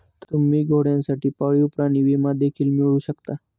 तुम्ही घोड्यांसाठी पाळीव प्राणी विमा देखील मिळवू शकता